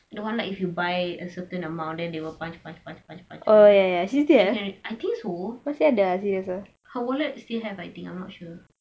the one that you buy a certain amount then they will punch punch punch punch punch I think so her wallet still have I think I am not sure